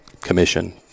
Commission